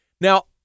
Now